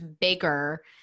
bigger